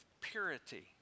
purity